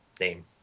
name